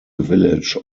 village